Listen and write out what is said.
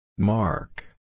Mark